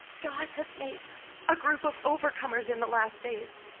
god has made a group of overcomers in the last days.